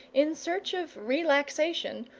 in search of relaxation,